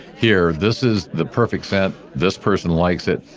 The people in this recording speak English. here. this is the perfect scent. this person likes it.